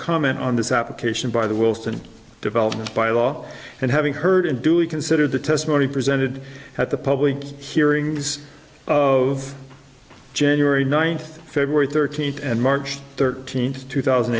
comment on this application by the wilson developed by law and having heard and do consider the testimony presented at the public hearings of january ninth feb thirteenth and march thirteenth two thousand